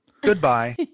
Goodbye